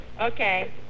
Okay